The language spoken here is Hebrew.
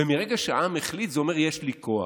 ומרגע שהעם החליט, זה אומר: יש לי כוח.